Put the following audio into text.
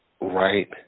right